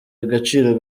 agaciro